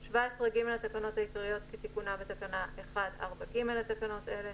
17(ג) לתקנות העיקריות כתיקונה בתקנה 1(4)(ג) לתקנות אלה,